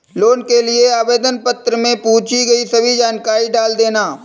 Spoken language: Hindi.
लोन के लिए आवेदन पत्र में पूछी गई सभी जानकारी डाल देना